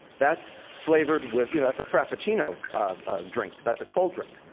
that's flavored with, you know that's a frappuccino drink. that's a cold drink.